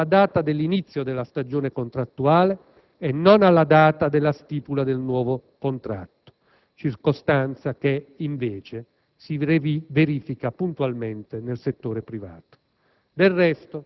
computato alla data dell'inizio della stagione contrattuale e non alla data della stipula del nuovo contratto (circostanza che, invece, si verifica puntualmente nel settore privato).